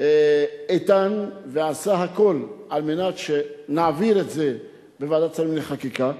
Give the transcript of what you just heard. איתן ועשה הכול על מנת שנעביר את זה בוועדת שרים לחקיקה.